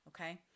okay